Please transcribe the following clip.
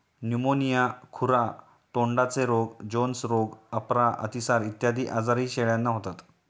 pneumonia, खुरा तोंडाचे रोग, जोन्स रोग, अपरा, अतिसार इत्यादी आजारही शेळ्यांना होतात